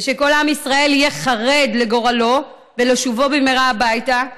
ושכל כל עם ישראל יהיה חרד לגורלו ולשובו במהרה הביתה,